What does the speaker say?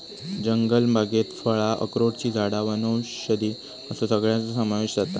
जंगलबागेत फळां, अक्रोडची झाडां वनौषधी असो सगळ्याचो समावेश जाता